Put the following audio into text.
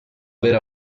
aver